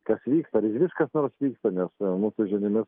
kas vyksta ar išvis kas nors vyksta nes mūsų žiniomis